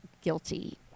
guilty